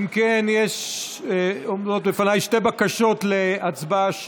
אם כן, עומדות בפניי שתי בקשות להצבעה שמית.